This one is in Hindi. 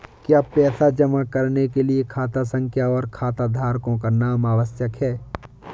क्या पैसा जमा करने के लिए खाता संख्या और खाताधारकों का नाम आवश्यक है?